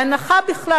צריך להפסיק עם זה,